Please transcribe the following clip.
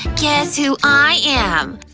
guess who i am!